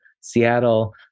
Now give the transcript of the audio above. Seattle